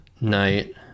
night